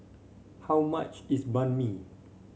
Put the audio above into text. how much is Banh Mi